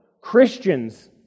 Christians